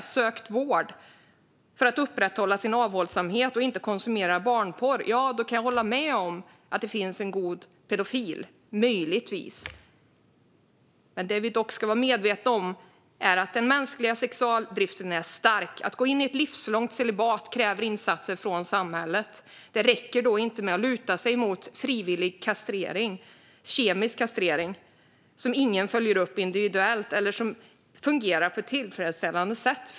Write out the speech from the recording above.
Är det den person som har sökt vård för att upprätthålla sin avhållsamhet och inte konsumera barnporr? Ja, då kan jag möjligtvis hålla med om att det finns en "god" pedofil. Det vi dock ska vara medvetna om är att den mänskliga sexualdriften är stark. Om någon ska gå in i ett livslångt celibat krävs insatser från samhället. Det räcker då inte med att luta sig mot frivillig kemisk kastrering som ingen följer upp individuellt eller som fungerar på ett icke tillfredsställande sätt.